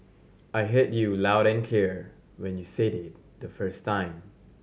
I heard you loud and clear when you said it the first time